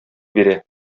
бирә